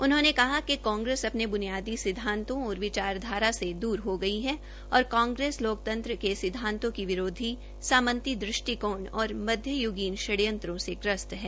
उन्होंने कहा कि कांग्रेस अपने बुनियादी सिद्वांतों और विचारधारा से दूर हो गई है और कांग्रेस लोकतंत्र के सिद्वातों की विरोधी सांमती दृष्टिकोण और मध्य यूगीन षडयंत्रों से ग्रस्त है